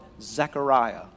Zechariah